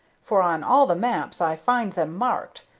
for on all the maps i find them marked,